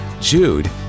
Jude